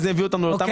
וזה הביא אותנו לאותם